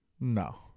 No